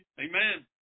Amen